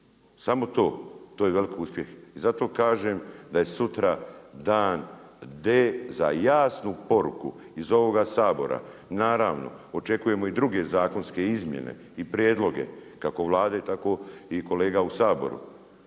samo to to je veliki uspjeh. I zato kažem da je sutra dan D za jasnu poruku iz ovoga Sabora. Naravno očekujemo i druge zakonske izmjene i prijedloge kako Vlade, tako i kolega u Saboru,